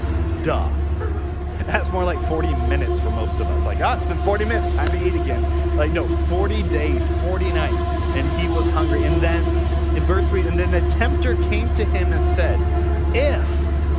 duh that's more like forty minutes for most of us i got it's been forty minutes time to eat again like no forty days forty nights and he was hungry and then in verse three and then the tempter came to him and said if